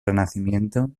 renacimiento